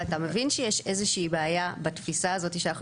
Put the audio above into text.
אבל אתה מבין שיש איזה שהיא בעיה בתפיסה הזאת שאנחנו